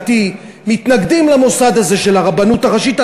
מתנגדים למוסד הזה של הרבנות הראשית,